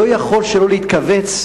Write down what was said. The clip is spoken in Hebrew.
לא יכול שלא להתכווץ,